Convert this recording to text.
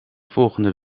volgende